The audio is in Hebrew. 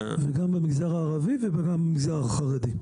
וגם במגזר הערבי וגם במגזר החרדי.